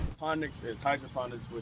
ponics is hydroponics,